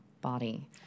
Body